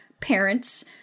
parents